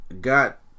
got